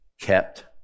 kept